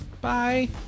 Bye